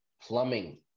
plumbing